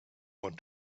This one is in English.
want